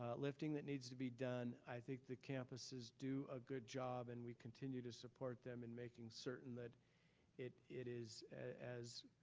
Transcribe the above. ah lifting that needs to be done, i think the campuses do a good job and we continue to support them and making certain that it it is as